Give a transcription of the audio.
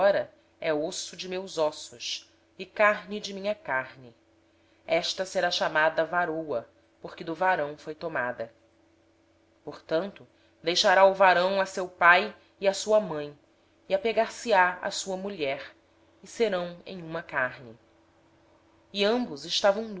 agora osso dos meus ossos e carne da minha carne ela será chamada varoa porquanto do varão foi tomada portanto deixará o homem a seu pai e a sua mãe e unir se á à sua mulher e serão uma só carne e ambos estavam